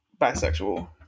bisexual